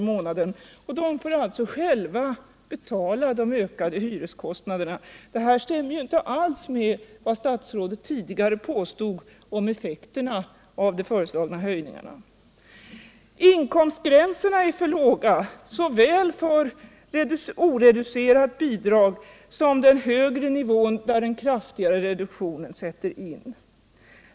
i månaden, och de får alltså själva betala de ökade hyreskostnaderna. Det här stämmer ju inte alls med vad statsrådet tidigare påstod om effekterna av de föreslagna höjningarna. Inkomstgränserna är för låga, så väl när det gäller oreducerat bidrag som när det gäller den högre nivån, där den kraftigare reduktionen sätter in.